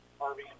Harvey